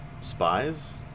spies